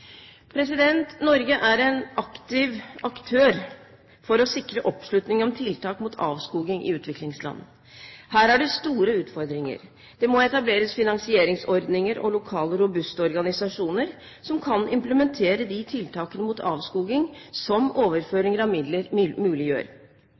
Norge er en aktiv aktør for å sikre oppslutning om tiltak mot avskoging i utviklingsland. Her er det store utfordringer. Det må etableres finansieringsordninger og lokale robuste organisasjoner som kan implementere de tiltakene mot avskoging som